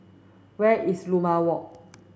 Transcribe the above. where is Limau Walk